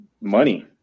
money